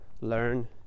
learn